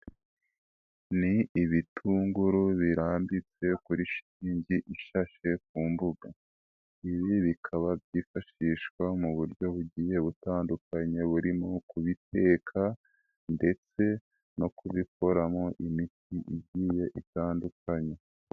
Ni ibitunguru birambitse kuri shitingi ishashe ku mbuga, ibi bikaba byifashishwa mu buryo bugiye butandukanye, burimo kubiteka ndetse no kubikoramo imiti igiye itandukanye.